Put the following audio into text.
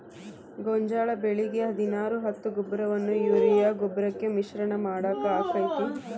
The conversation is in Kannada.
ಗೋಂಜಾಳ ಬೆಳಿಗೆ ಹದಿನಾರು ಹತ್ತು ಗೊಬ್ಬರವನ್ನು ಯೂರಿಯಾ ಗೊಬ್ಬರಕ್ಕೆ ಮಿಶ್ರಣ ಮಾಡಾಕ ಆಕ್ಕೆತಿ?